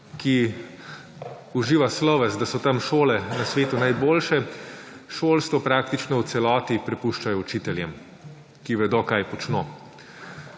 ki uživa sloves, da so tam šole na svetu najboljše, šolstvo praktično v celoti prepuščajo učiteljem, ki vedo, kaj počno.